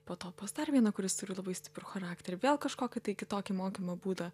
po to pas dar vieną kuris turi labai stiprų charakterį vėl kažkokį tai kitokį mokymo būdą